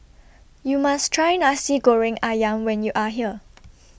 YOU must Try Nasi Goreng Ayam when YOU Are here